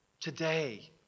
today